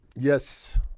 Yes